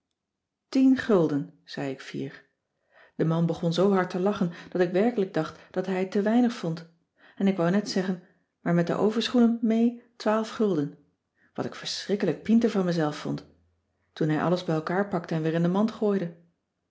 tien gulden zei ik fier de man begon zoo hard te lachen dat ik werkelijk dacht dat hij het te weinig vond en ik wou net zeggen maar met de overschoenen mee twaalf gulden wat ik verschrikkelijk pienter van mezelf vond toen hij alles bij elkaar pakte en weer in de mand gooide